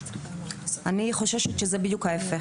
אני חוששת שזה בדיוק ההפך.